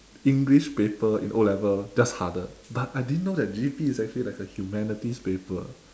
english paper in O level that's harder but I didn't know that G_P is actually like a humanities paper